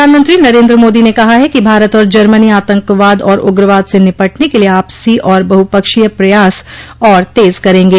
प्रधानमंत्री नरेन्द्र मोदी ने कहा है कि भारत और जर्मनी आतंकवाद और उग्रवाद से निपटने के लिए आपसी और बहुपक्षीय प्रयास और तेज करेंगे